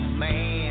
man